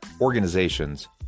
organizations